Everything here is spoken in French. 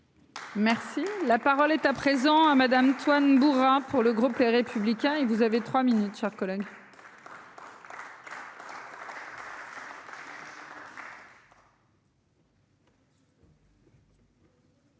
Merci la parole est à présent à Madame Toine bourrin pour le groupe Les Républicains et vous avez 3 minutes, chers collègues.